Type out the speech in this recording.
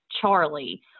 Charlie